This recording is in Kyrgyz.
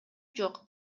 жок